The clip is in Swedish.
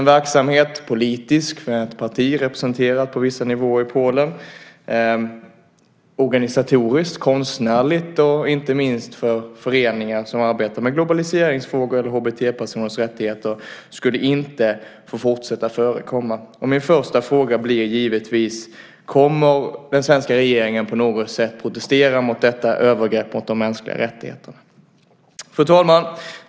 Verksamheten - politisk med ett parti representerat på vissa nivåer i Polen, organisatorisk, konstnärlig och inte minst med föreningar som arbetar med globaliseringsfrågor eller HBT-personers rättigheter - skulle inte få fortsätta att förekomma. Min första fråga blir givetvis: Kommer den svenska regeringen på något sätt att protestera mot detta övergrepp mot de mänskliga rättigheterna? Fru talman!